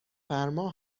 فرما